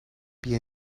بیا